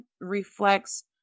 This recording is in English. reflects